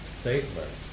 statement